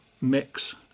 mix